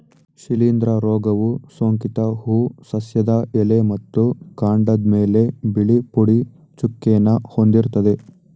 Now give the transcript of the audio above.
ಶಿಲೀಂಧ್ರ ರೋಗವು ಸೋಂಕಿತ ಹೂ ಸಸ್ಯದ ಎಲೆ ಮತ್ತು ಕಾಂಡದ್ಮೇಲೆ ಬಿಳಿ ಪುಡಿ ಚುಕ್ಕೆನ ಹೊಂದಿರ್ತದೆ